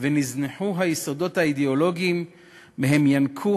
ונזנחו היסודות האידיאולוגיים שמהם ינקו